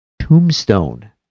Tombstone